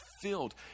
filled